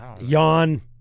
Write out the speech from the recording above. Yawn